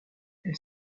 elle